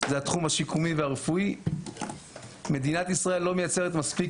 היא התחום השיקומי והרפואי מדינת ישראל לא מייצרת מספיק